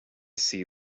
see